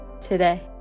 today